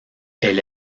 elle